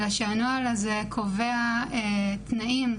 אלא שהנוהל הזה קובע תנאים,